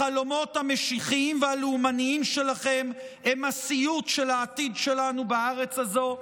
החלומות המשיחיים והלאומניים שלכם הם הסיוט של העתיד שלנו בארץ הזו.